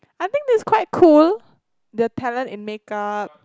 I think this quite cool the talent in make up